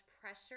pressure